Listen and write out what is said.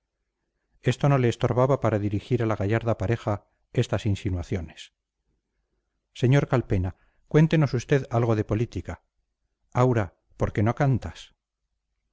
esto no le estorbaba para dirigir a la gallarda pareja estas insinuaciones sr calpena cuéntenos usted algo de política aura por qué no cantas